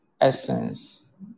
essence